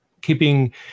keeping